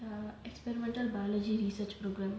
the experimental biology research program